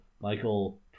Michael